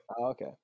Okay